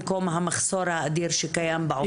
במקום המחסור האדיר שקיים בעובדים הסוציאליים.